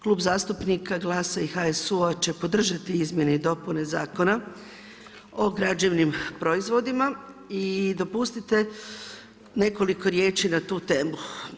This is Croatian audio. Klub zastupnika GLAS-a i HSU-a će podržati izmjene i dopune Zakona o građevnih proizvodima i dopustite nekoliko riječi na tu temu.